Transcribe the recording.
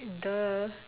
!duh!